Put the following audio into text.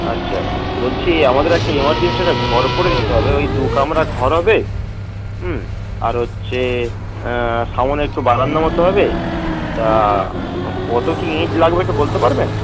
আচ্ছা বলছি আমাদের একটা এমার্জেন্সি একটা ঘর করে দিতে হবে ওই দুকামরা ঘর হবে হুম আর হচ্ছে সামনে একটু বারা মতো হবে তা কতো কি ইট লাগবে একটু বলতে পারবেন